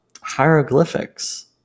Hieroglyphics